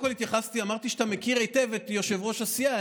אמרתי שאתה מכיר היטב את יושב-ראש הסיעה.